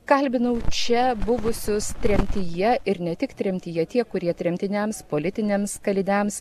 kalbinau čia buvusius tremtyje ir ne tik tremtyje tie kurie tremtiniams politiniams kaliniams